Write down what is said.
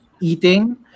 eating